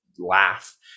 Laugh